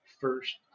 first